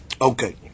Okay